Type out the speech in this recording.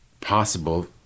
possible